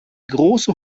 große